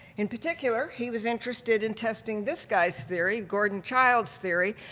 in particular he was interested in testing this guy's theory, gordon child's theory,